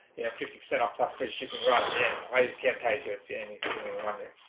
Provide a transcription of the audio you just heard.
you know fifty percent off plus free shipping right at the end. i use camtasia if yeah and if you know